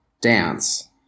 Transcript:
dance